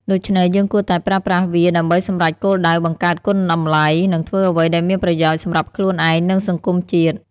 ដូច្នេះយើងគួរតែប្រើប្រាស់វាដើម្បីសម្រេចគោលដៅ បង្កើតគុណតម្លៃ និងធ្វើអ្វីដែលមានប្រយោជន៍សម្រាប់ខ្លួនឯង និងសង្គមជាតិ។